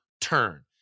turn